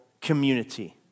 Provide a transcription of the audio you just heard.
community